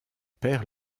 père